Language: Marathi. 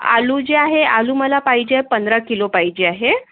आलू जे आहे आलू मला पाहिजे पंधरा किलो पाहिजे आहे